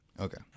Okay